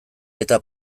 eta